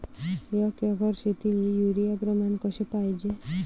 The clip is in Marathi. एक एकर शेतीले युरिया प्रमान कसे पाहिजे?